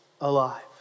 alive